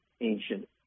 ancient